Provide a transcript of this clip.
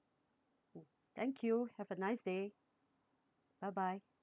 thank you have a nice day bye bye